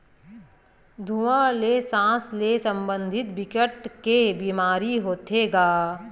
धुवा ले सास ले संबंधित बिकट के बेमारी होथे गा